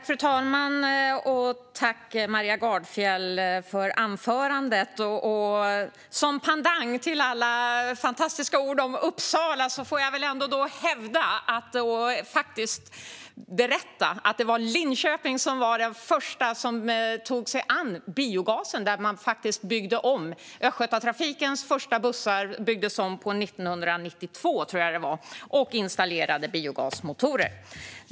Fru talman! Tack, Maria Gardfjell, för anförandet! Som pendang till alla fantastiska ord om Uppsala får jag ändå berätta att det var Linköping som var den första kommunen som tog sig an biogasen. Östgötatrafikens första bussar byggdes om 1992, tror jag att det var, och man installerade biogasmotorer.